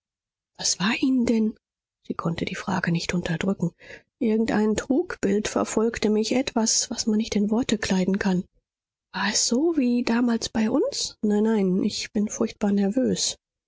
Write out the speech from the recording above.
was war ihnen denn sie konnte die frage nicht unterdrücken irgendein trugbild verfolgte mich etwas was man nicht in worte kleiden kann war es so wie damals bei uns nein nein ich bin furchtbar nervös